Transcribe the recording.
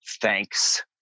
thanks